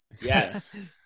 Yes